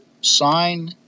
sign